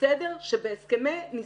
לסדר שבהסכמי נישואים,